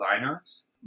designers